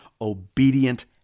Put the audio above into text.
obedient